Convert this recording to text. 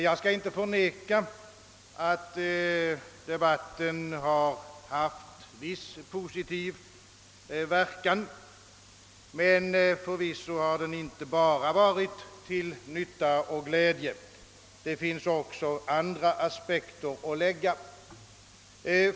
Jag skall inte förneka, att debatten har haft viss positiv verkan, men förvisso har den inte bara varit till nytta och glädje. Det finns också andra aspekter att anlägga.